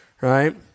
Right